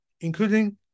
including